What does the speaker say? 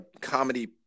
comedy